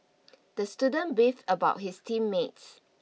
the student beefed about his team mates